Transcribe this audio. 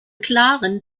klaren